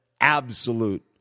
absolute